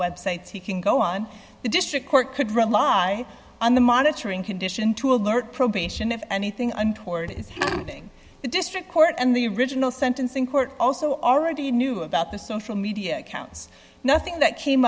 websites he can go on the district court could rely on the monitoring condition to alert probation of an anything untoward is happening the district court and the original sentencing court also already knew about the social media accounts nothing that came